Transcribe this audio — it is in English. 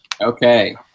Okay